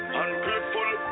ungrateful